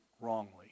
wrongly